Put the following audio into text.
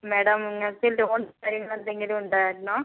madam നിങ്ങൾക്ക് loan കാര്യങ്ങളെന്തെങ്കിലും ഉണ്ടായിരുന്നോ